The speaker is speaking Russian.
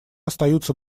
остаются